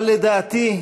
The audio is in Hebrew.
אבל לדעתי,